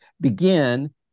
begin